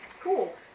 Cool